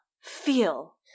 Feel